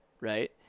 right